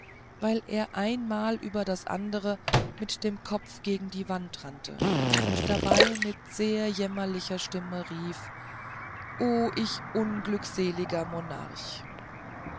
weil er ein mal über das andere mit dem kopf gegen die wand rannte und dabei mit sehr jämmerlicher stimme rief o ich unglückseliger monarch